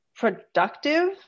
productive